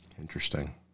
Interesting